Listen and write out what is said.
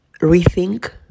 rethink